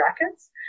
brackets